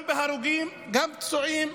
גם הרוגים, גם פצועים,